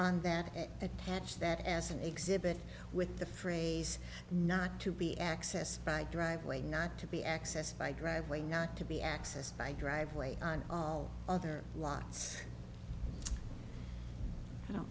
on that attach that as an exhibit with the phrase not to be accessed by driveway not to be accessed by driveway not to be accessed by driveway on other lots i don't